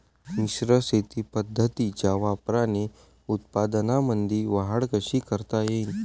मिश्र शेती पद्धतीच्या वापराने उत्पन्नामंदी वाढ कशी करता येईन?